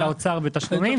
של האוצר בתשלומים.